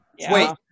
wait